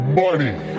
money